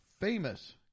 famous